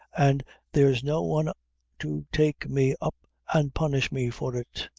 an' there's no one to take me up an' punish me for it!